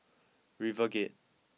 RiverGate